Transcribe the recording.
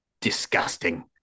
disgusting